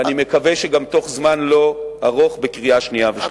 ואני מקווה שבתוך זמן לא ארוך גם בקריאה שנייה ושלישית.